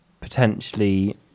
potentially